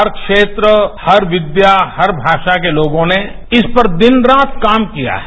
हर क्षेत्र हर विद्या हर भाषा के लोगों ने इस पर दिन रात काम किया है